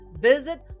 Visit